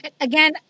Again